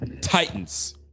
titans